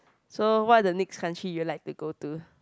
so what the next country you like to go to